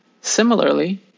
Similarly